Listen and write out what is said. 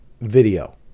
video